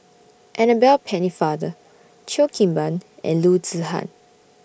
Annabel Pennefather Cheo Kim Ban and Loo Zihan